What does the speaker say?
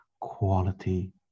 Quality